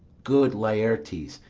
good laertes,